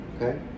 okay